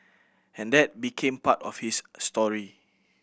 and that became part of his story